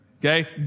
Okay